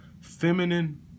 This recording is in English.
feminine